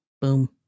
Boom